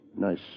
Nice